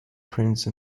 prince